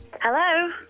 Hello